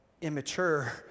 immature